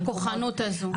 הכוחנות הזו.